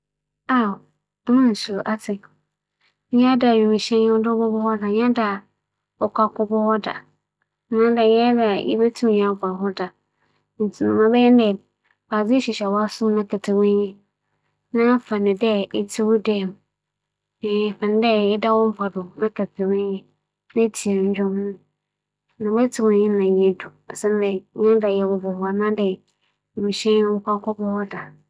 Minyim dɛ mmfa hwimhyɛn nntuu kwan ntsi, ͻbɛyɛ wo hu na mbom dza mobotum aka akyerɛw wo nye dɛ, ͻnnyɛ hu koraa osiandɛ nkorͻfo pii na wͻafa dɛm kwan yi do etu kwan mpɛn ahorow pii. Dɛm ntsi sie abotar na dwedwe wo ho na hwee rinnsi. ͻnnyɛ biribiara, ͻnnsɛ mber mpo, ntsɛm pa no na edur beebi a erohwehwɛ ekodur ntsi ibotum agye wo nsa na enya wo ndwom bi etsie ber a este mu no, ibͻkͻ ekodur asomdwee mu.